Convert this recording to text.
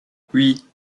oui